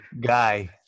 guy